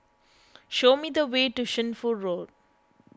show me the way to Shunfu Road